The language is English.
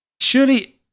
surely